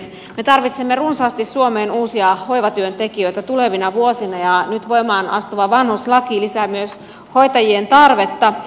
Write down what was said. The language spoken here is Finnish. me tarvitsemme suomeen runsaasti uusia hoivatyöntekijöitä tulevina vuosina ja nyt voimaan astuva vanhuslaki lisää myös hoitajien tarvetta